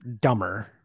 dumber